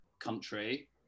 country